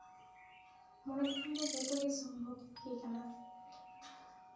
ᱢᱚᱱᱮ ᱞᱮᱠᱷᱟᱱ ᱫᱚ ᱡᱷᱚᱛᱚ ᱜᱮ ᱥᱚᱢᱵᱷᱚᱵ ᱜᱮ ᱠᱟᱱᱟ